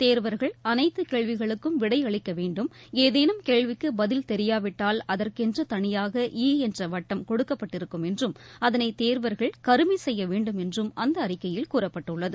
தேர்வர்கள் அனைத்து கேள்விகளுக்கும் விடை அளிக்க வேண்டும் ஏதேனும் கேள்விக்கு பதில் தெரியாவிட்டால் அதற்கென்று தனியாக ஈ என்ற வட்டம் கொடுக்கப்பட்டிருக்கும் என்றும் அதனை தேர்வர்கள் கருமை செய்ய வேண்டும் என்றும் அந்த அறிக்கையில் கூறப்பட்டுள்ளது